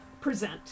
present